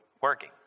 working